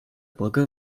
brücke